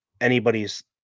anybody's